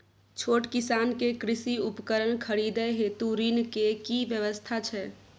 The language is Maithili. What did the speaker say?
छोट किसान के कृषि उपकरण खरीदय हेतु ऋण के की व्यवस्था छै?